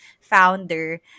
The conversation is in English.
founder